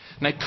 Now